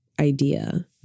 idea